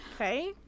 Okay